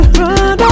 run